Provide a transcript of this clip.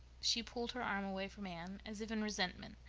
she pulled her arm away from anne, as if in resentment,